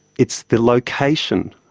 it's the location,